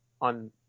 on